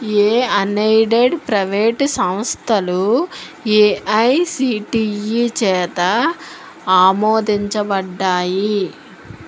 ఏ unaided private సంస్థలు AICTE చేత ఆమోదించబడ్డాయి